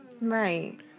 right